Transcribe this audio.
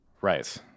right